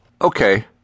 Okay